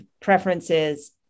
preferences